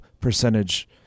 percentage